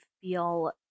feel